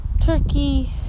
turkey